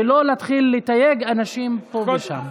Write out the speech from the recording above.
ולא להתחיל לתייג אנשים פה ושם.